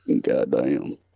Goddamn